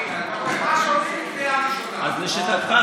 אז לשיטתך,